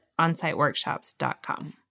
onsiteworkshops.com